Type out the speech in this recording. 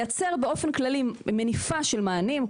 לייצר באופן כללי מניפה של מענים,